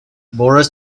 boris